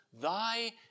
Thy